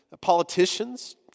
politicians